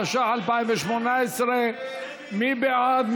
התשע״ח 2018. מי בעד?